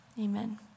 amen